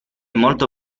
molto